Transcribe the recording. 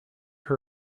her